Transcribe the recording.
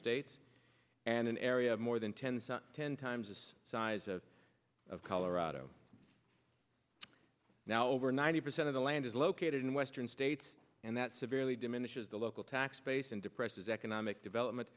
states and an area of more than ten ten times this size of colorado now over ninety percent of the land is located in western states and that severely diminishes the local tax base and depresses economic development